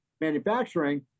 manufacturing